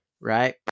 right